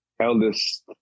Eldest